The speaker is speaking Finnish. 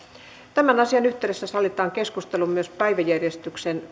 tämän asian yhteydessä sallitaan keskustelu myös päiväjärjestyksen